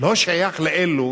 לא שייך לאלה,